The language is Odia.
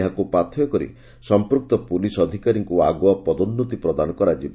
ଏହାକୁ ପାଥେୟ କରି ସମ୍ମୁକ୍ତ ପୁଲିସ୍ ଅଧିକାରୀଙ୍କୁ ଆଗୁଆ ପଦୋନୃତି ପ୍ରଦାନ କରାଯିବ